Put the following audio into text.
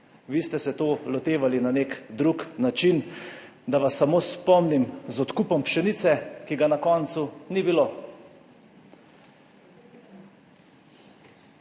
Vi ste se to lotevali na nek drug način. Da vas samo spomnim, z odkupom pšenice, ki ga na koncu ni bilo.